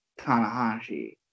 Tanahashi